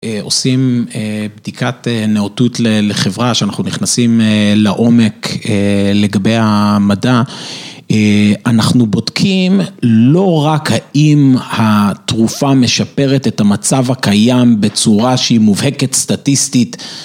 עושים בדיקת נאותות לחברה, שאנחנו נכנסים לעומק לגבי המדע. אנחנו בודקים לא רק האם התרופה משפרת את המצב הקיים בצורה שהיא מובהקת סטטיסטית.